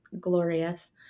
glorious